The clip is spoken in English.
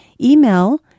email